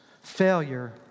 failure